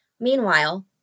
Meanwhile